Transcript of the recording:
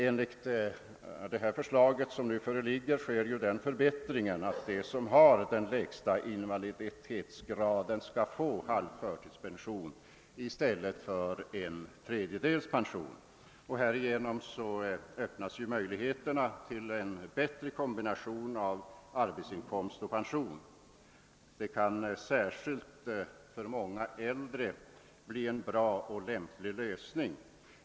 Enligt det förslag som nu föreligger sker den förbättringen att de som har den lägsta invaliditetsgraden skall få halv förtidspension i stället för tredjedelspension, och härigenom öppnas möjligheter till en bättre kombination av arbetsinkomst och pension, som särskilt för många äldre kan bli en bra och lämplig lösning.